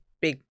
big